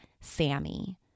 Sammy